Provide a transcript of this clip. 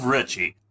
Richie